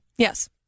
Yes